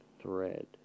thread